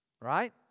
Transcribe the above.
right